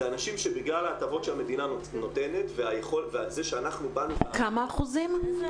זה אנשים שבגלל ההטבות שהמדינה נותנת --- כמה אחוזים?